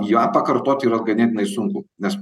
ją pakartot yra ganėtinai sunku nes